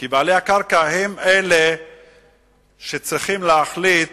כי בעלי הקרקע שעתידה להיות מופקעת הם שצריכים להחליט